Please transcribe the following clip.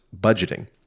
budgeting